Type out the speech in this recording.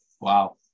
Wow